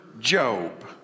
Job